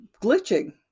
glitching